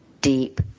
deep